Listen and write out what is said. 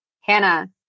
Hannah